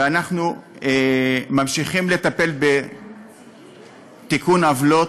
ואנחנו ממשיכים לטפל בתיקון עוולות,